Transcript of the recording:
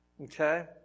Okay